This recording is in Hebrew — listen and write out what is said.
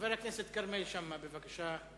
חבר הכנסת כרמל שאמה, בבקשה.